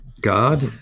God